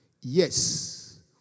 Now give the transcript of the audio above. yes